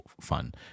fun